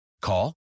Call